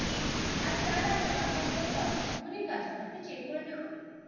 আরে না না ম্যাম আমি আপনাদের অনেকদিন ধরেই কাস্টমার আপনি চেক করে দেখুন